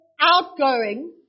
outgoing